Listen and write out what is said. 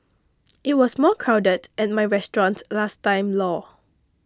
it was more crowded at my restaurant last time lor